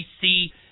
see